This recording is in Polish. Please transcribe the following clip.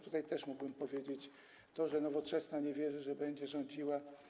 Tutaj też mógłbym powiedzieć, że Nowoczesna nie wierzy, że będzie rządziła.